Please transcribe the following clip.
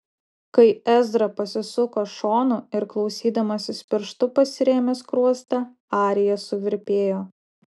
kai ezra pasisuko šonu ir klausydamasis pirštu pasirėmė skruostą arija suvirpėjo